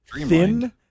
thin